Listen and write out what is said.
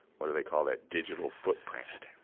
what do they call that? digital footprint